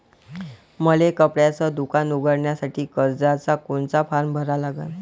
मले कपड्याच दुकान उघडासाठी कर्जाचा कोनचा फारम भरा लागन?